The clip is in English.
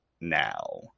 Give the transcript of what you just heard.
now